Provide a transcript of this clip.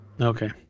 Okay